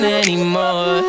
anymore